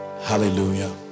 hallelujah